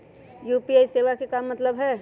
UPI सेवा के का मतलब है?